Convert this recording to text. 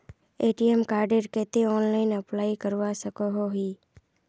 ATM कार्डेर केते online apply करवा सकोहो ही?